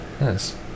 Yes